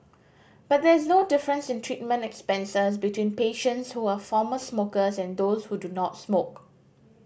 but there is no difference in treatment expenses between patients who are former smokers and those who do not smoke